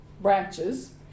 branches